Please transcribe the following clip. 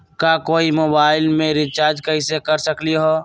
हम कोई मोबाईल में रिचार्ज कईसे कर सकली ह?